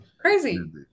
crazy